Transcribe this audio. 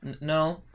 No